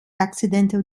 accidental